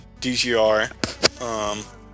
DGR